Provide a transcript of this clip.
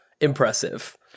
Impressive